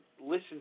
listen